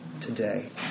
today